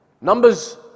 Numbers